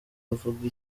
avuga